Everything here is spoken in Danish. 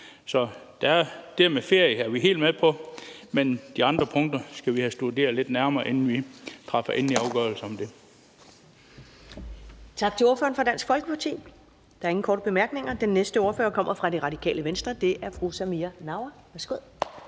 om. Det med ferie er vi helt med på, men de andre punkter skal vi have studeret lidt nærmere, inden vi træffer endelig afgørelse om dem.